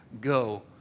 go